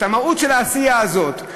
את המהות של העשייה הזאת,